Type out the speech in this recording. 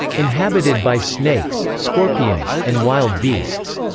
inhabited by snakes, scorpions, and wild beasts.